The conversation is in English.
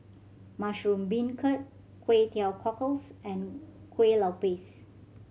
mushroom beancurd Kway Teow Cockles and Kuih Lopes